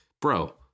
bro